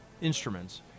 instruments